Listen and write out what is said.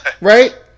Right